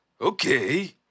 Okay